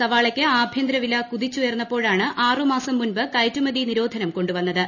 സവാളയ്ക്ക് ആഭ്യന്തരവില കുതിച്ചുയർന്നപ്പോഴാണ് ആറ് മാസം മുൻപ് കയറ്റുമതി നിരോധനം കൊണ്ടുവന്നത്